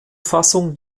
fassung